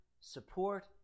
support